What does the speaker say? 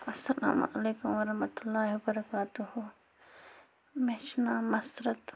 اَلسَلامُ علیکُم وَرحمتُہ اللہِ وَبَرَکاتُہوٗ مےٚ چھُ ناو مَسرَت